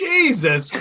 Jesus